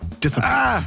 disappears